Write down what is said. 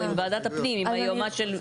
לא, עם וועדת הפנים, עם היועמ"ש של וועדת הפנים.